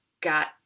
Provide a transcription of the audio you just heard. got